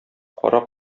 кара